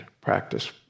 practice